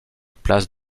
place